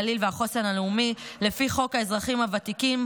הגליל והחוסן הלאומי לפי חוק האזרחים הוותיקים,